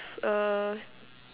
a